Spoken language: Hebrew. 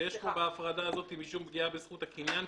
יש בהפרדה הזאת משום פגיעה בזכות הקניין,